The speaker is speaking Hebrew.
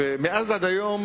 מאז ועד היום